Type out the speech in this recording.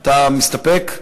אתה מסתפק?